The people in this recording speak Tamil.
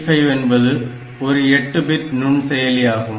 8085 என்பது ஒரு 8 பிட் நுண்செயலி ஆகும்